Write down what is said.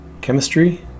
chemistry